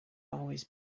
always